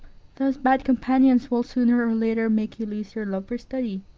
those bad companions will sooner or later make you lose your love for study.